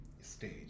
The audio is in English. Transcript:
stage